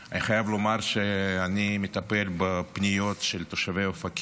אני חייב לומר שאני מטפל בפניות של תושבי אופקים